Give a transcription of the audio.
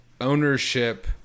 ownership